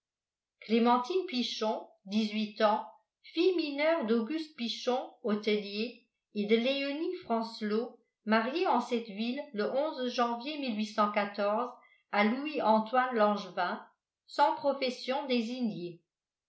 clémentine pichon dix-huit ans fille mineure d'auguste pichon hôtelier et de léonie francelot mariée en cette ville le janvier à louis antoine langevin sans profession désignée